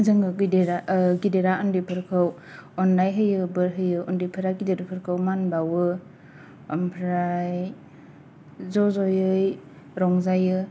जोङो गिदिरा गिदिरा उन्दै फोरखौ अननाय होयो बोर होयो उन्दैफोरा गिदिर फोरखौ मान बावो ओमफ्राय ज' ज'यै रंजायो